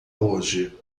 hoje